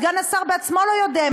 סגן השר בעצמו לא יודע,